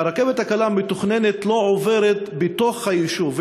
שהרכבת הקלה המתוכננת לא עוברת בתוך היישוב.